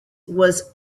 was